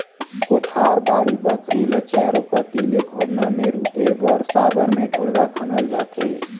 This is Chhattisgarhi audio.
कोठार, बाड़ी बखरी ल चाएरो कती ले घोरना मे रूधे बर साबर मे ढोड़गा खनल जाथे